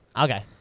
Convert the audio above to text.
Okay